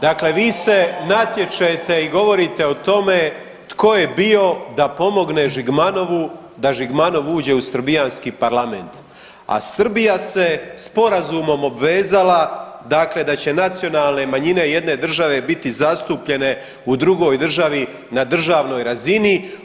Dakle, vi se natječete i govorite o tome tko je bio da pomogne Žigmanovu da Žigmanov uđe u srbijanski Parlament, a Srbija se sporazumom obvezala dakle da će nacionalne manjine jedne države biti zastupljene u drugoj državi na državnoj razini.